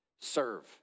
serve